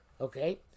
Okay